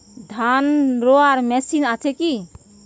ধান রোয়ার মেশিন আছে কি?